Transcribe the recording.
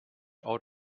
out